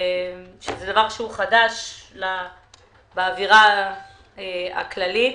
שזה דבר שהוא חדש באווירה הכללית.